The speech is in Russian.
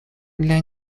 для